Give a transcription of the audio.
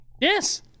Yes